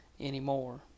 anymore